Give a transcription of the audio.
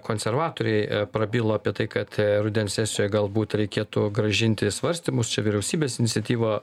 konservatoriai prabilo apie tai kad rudens sesijoj galbūt reikėtų grąžinti svarstymus čia vyriausybės iniciatyva